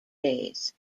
days